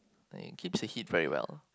eh keeps the heat very well